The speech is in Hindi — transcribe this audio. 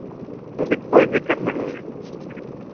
मुझे कोई दिक्कत नहीं है